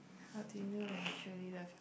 how do you know when you truly love